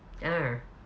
ah